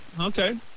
Okay